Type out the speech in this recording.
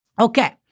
Okay